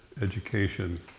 education